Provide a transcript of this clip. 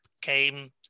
came